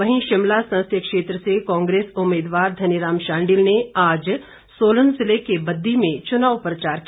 वहीं शिमला संसदीय क्षेत्र से कांग्रेस उम्मीदवार धनीराम शांडिल ने आज सोलन जिले के बद्दी में चुनाव प्रचार किया